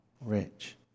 rich